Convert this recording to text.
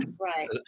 Right